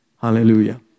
Hallelujah